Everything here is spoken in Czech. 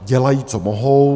Dělají, co mohou.